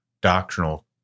doctrinal